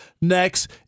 next